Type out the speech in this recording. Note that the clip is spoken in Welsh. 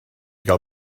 gael